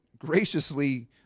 graciously